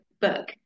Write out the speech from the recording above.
book